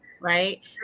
right